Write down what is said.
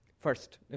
First